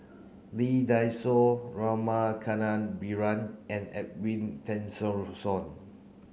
Lee Dai Soh Rama Kannabiran and Edwin Tessensohn